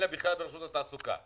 אלא ברשות התעסוקה.